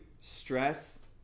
stress